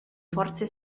forze